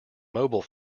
mobile